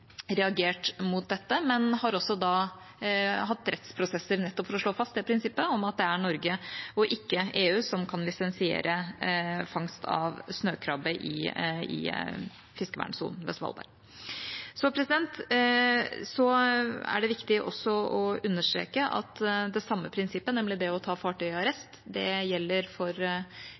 reagert mot dette, men har også hatt rettsprosesser nettopp for å slå fast prinsippet om at det er Norge og ikke EU som kan lisensiere fangst av snøkrabbe i fiskevernsonen ved Svalbard. Det er viktig også å understreke at det samme prinsippet, nemlig å ta fartøy i arrest, gjelder for